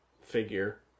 figure